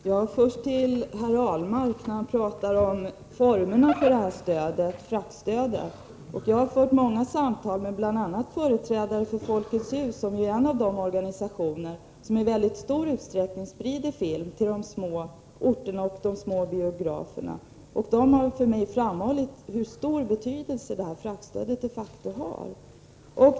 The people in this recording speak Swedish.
Fru talman! Jag vill först säga några ord till Lars Ahlmark, som talade om formerna för fraktstödet till film. Jag har fört många samtal med bl.a. företrädare för Folketshusrörelsen, som är en av de organisationer som i mycket stor utsträckning sprider film till de små orterna och de små biograferna. De har för mig framhållit hur stor betydelse fraktstödet de facto har.